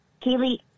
Kaylee